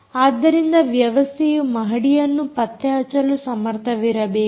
ಆದ್ದರಿಂದ ವ್ಯವಸ್ಥೆಯು ಮಹಡಿಯನ್ನು ಪತ್ತೆ ಹಚ್ಚಲು ಸಮರ್ಥವಿರಬೇಕು